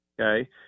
okay